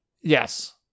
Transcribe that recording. yes